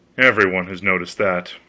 every one has noticed that.